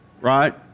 Right